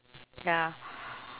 ya